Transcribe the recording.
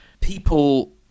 people